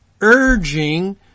urging